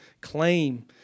claim